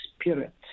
Spirit